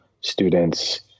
students